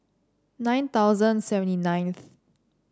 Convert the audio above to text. nine thousand seventy ninth